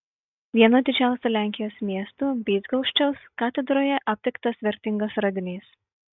vieno didžiausių lenkijos miestų bydgoščiaus katedroje aptiktas vertingas radinys